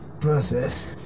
process